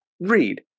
read